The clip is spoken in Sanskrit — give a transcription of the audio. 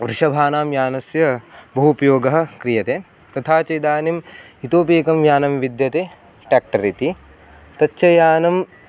वृषभानां यानस्य बहु उपयोगः क्रियते तथा च इदानीम् इतोपि एकं यानं विद्यते टेक्टर् इति तच्च यानं